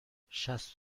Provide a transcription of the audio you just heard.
شصت